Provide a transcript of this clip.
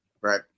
Right